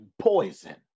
poison